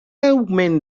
augment